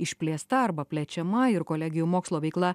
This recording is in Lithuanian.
išplėsta arba plečiama ir kolegijų mokslo veikla